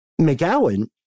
McGowan